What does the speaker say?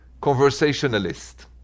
conversationalist